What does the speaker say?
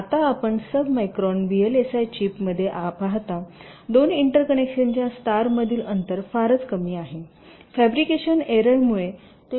आता आपण submicron VLSI चिपमध्ये पाहता दोन इंटरकनेक्शनच्या स्टारमधील अंतर फारच कमी आहे फॅब्रिकेशन एरर मुळे ते क्लोजर येऊ शकतात